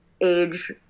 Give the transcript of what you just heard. age